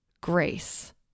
grace